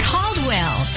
Caldwell